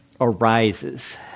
arises